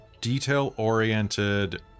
Detail-oriented